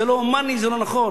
זה לא הומני, זה לא נכון.